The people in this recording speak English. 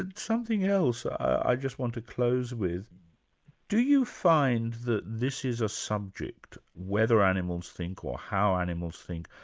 ah something else i just want to close with do you find that this is a subject, whether animals think or how animals think,